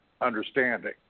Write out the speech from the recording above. understanding